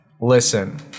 Listen